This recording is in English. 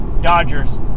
Dodgers